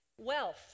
wealth